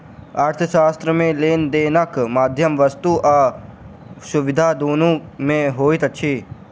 अर्थशास्त्र मे लेन देनक माध्यम वस्तु आ सुविधा दुनू मे होइत अछि